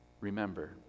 remember